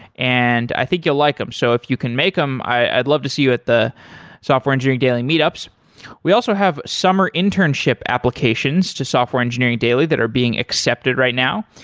and i think you'll like them. so if you can make them, i'd love to see you at the software engineering daily meetups we also have summer internship applications to software engineering daily that are being accepted right now.